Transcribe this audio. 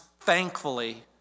thankfully